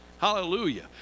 Hallelujah